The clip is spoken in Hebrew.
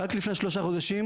רק לפני שלושה חודשים,